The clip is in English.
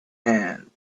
hand